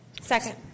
Second